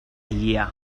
year